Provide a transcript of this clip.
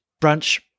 brunch